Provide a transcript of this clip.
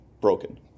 broken